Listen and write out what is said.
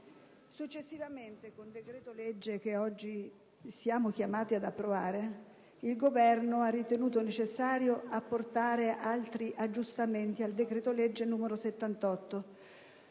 Successivamente, con il decreto-legge che oggi siamo chiamati ad approvare, il Governo ha ritenuto necessario apportare altri aggiustamenti al decreto-legge n. 78,